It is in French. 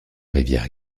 rivière